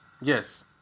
Yes